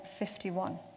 51